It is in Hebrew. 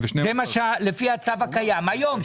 זה לפי הצו הקיים היום,